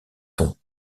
ton